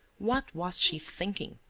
what was she thinking?